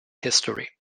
history